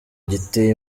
giteye